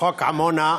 חוק עמונה,